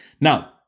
Now